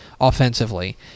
offensively